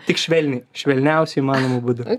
tik švelniai švelniausiu įmanomu būdu